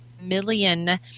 million